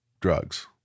drugs